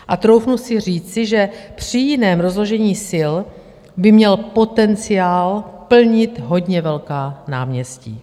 A troufnu si říci, že při jiném rozložení sil by měl potenciál plnit hodně velká náměstí.